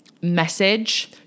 message